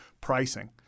pricing